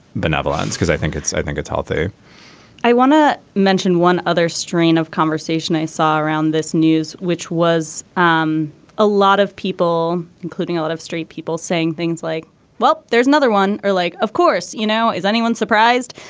benevolence because i think it's i think it's healthier i want to mention one other strain of conversation i saw around this news which was um a lot of people including a lot of straight people saying things like well there's another one or like. of course you know. is anyone surprised.